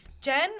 Jen